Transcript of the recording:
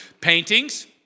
paintings